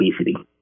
obesity